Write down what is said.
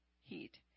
heat